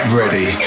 ready